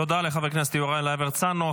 תודה לחבר הכנסת יוראי להב הרצנו.